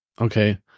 Okay